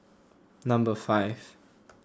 number five